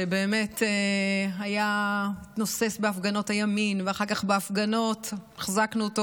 שבאמת התנוסס בהפגנות הימין ואחר כך החזקנו אותו